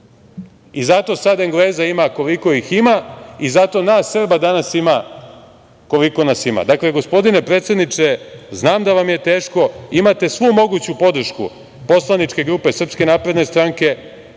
Zato sada Engleza ima koliko ih ima i zato nas Srba danas ima koliko nas ima. Dakle, gospodine predsedniče, znam da vam je teško, imate svu moguću podršku poslaničke grupe SNS, imate